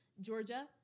Georgia